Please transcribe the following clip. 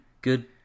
good